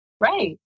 Right